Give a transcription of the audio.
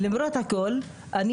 למרות הכול,